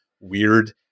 weird